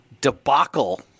debacle